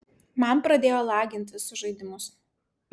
man pradėjo lagint visus žaidimus